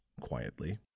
quietly